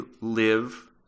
live